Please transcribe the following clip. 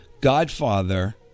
Godfather